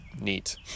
neat